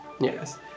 Yes